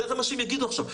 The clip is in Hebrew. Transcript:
זה איך אנשים יגידו עכשיו,